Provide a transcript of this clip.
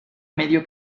medio